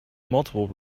multiple